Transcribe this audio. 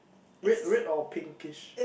red red or pinkish